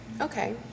Okay